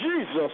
Jesus